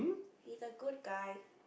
he's a good guy